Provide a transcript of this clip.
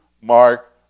Mark